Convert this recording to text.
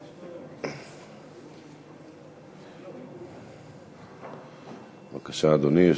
בבקשה, אדוני.